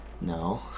No